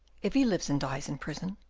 if he lives and dies in prison,